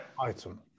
item